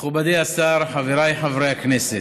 מכובדי השר, חבריי חברי הכנסת,